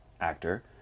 actor